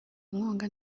inkunga